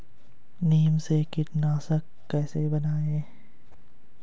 नीम से कीटनाशक कैसे बनाएं?